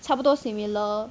差不多 similar